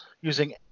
using